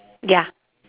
ya